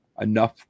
enough